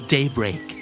Daybreak